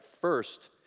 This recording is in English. First